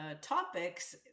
topics